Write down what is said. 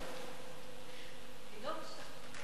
רוּחִי לבית-שמש.